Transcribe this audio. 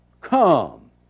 come